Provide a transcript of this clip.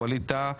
וואליד טאהא,